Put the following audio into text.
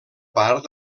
part